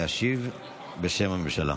להשיב בשם הממשלה.